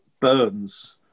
Burns